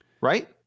right